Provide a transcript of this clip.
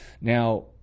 Now